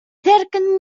cerquen